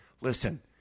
listen